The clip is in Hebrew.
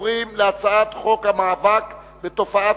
אני קובע שהצעת חוק שירות ביטחון (תיקון מס'